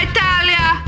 Italia